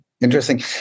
Interesting